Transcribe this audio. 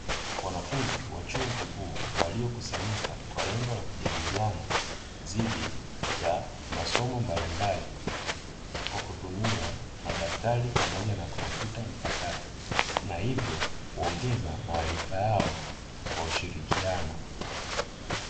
Wanafunzi wa chuo kikuu waliokusanyika kwa lengo la kujadiliana dhidi ya masomo mbalimbali, kwa kutumia madaftari pamoja na kompyuta mpakato na hivyo kuongeza maarifa yao kwa ushirikiano.